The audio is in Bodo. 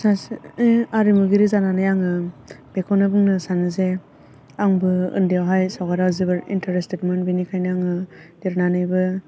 सासे आरिमुगिरि जानानै आङो बेखौनो बुंनो सानो जे आंबो ओन्दैयावहाय सावगारियाव जोबोद इनटारेस्टेट मोन बेनिखायनो आङो देरनानैबो